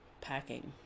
packing